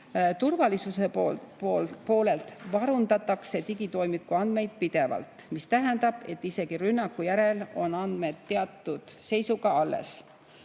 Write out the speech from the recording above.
Turvalisuse poolelt varundatakse digitoimiku andmeid pidevalt, mis tähendab, et isegi rünnaku järel on andmed teatud seisuga alles.